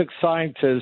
scientists